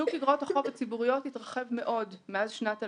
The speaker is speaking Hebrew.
שוק אגרות החוב הציבוריות התרחב מאוד מאז שנת 2000,